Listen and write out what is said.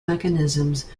mechanisms